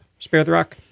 sparetherock